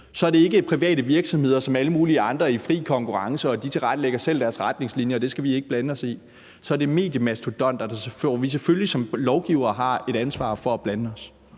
er det ikke private virksomheder som alle mulige andre i fri konkurrence, hvor de selv tilrettelægger deres retningslinjer og vi ikke skal blande os i det. Det er mediemastodonter, og vi har som lovgivere selvfølgelig et ansvar for at blande os.